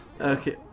Okay